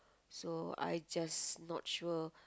so I just not sure